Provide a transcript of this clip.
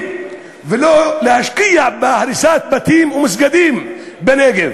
ולא להשקיע בהריסת בתים ומסגדים בנגב.